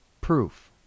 Proof